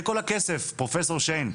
זה כל הכסף, פרופ' שיין.